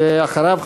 ואחריו,